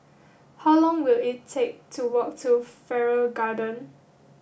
how long will it take to walk to Farrer Garden